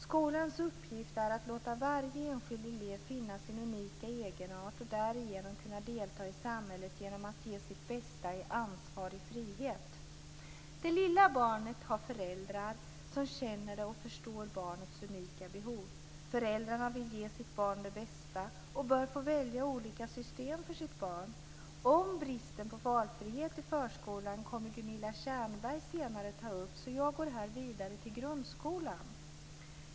Skolans uppgift är att låta varje enskild elev finna sin unika egenart och därigenom kunna delta i samhället genom att ge sitt bästa i ansvarig frihet. Det lilla barnet har föräldrar som känner det och förstår dess unika behov. Föräldrarna vill ge sitt barn det bästa och bör få välja olika system för sitt barn. Gunilla Tjernberg kommer senare att ta upp bristen på valfrihet i förskolan. Jag går därför vidare till grundskolan.